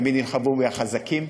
תמיד נלחמו בי החזקים.